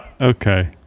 Okay